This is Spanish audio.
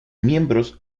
miembros